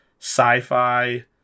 sci-fi